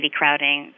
crowding